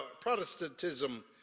Protestantism